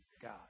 God